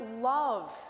love